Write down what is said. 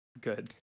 Good